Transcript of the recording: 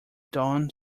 dawn